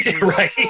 Right